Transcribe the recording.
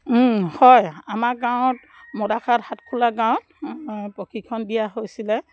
হয় আমাৰ গাঁৱত মদাখাদ সাতখোলা গাঁৱত প্ৰশিক্ষণ দিয়া হৈছিলে